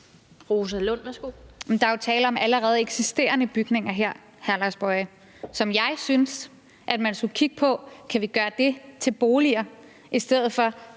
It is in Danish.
der er jo tale om allerede eksisterende bygninger her, hr. Lars Boje Mathiesen, som jeg synes man skulle kigge på om man kunne gøre til boliger, i stedet for